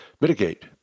mitigate